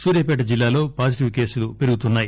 సూర్భాపేట జిల్లాలో పాజిటివ్ కేసులు పెరుగుతున్నాయి